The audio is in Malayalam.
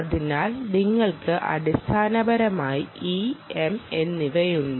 അതിനാൽ നിങ്ങൾക്ക് അടിസ്ഥാനപരമായി E M എന്നിവയുണ്ട്